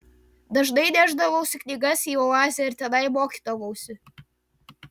dažnai nešdavausi knygas į oazę ir tenai mokydavausi